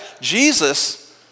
Jesus